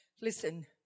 Listen